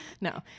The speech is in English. No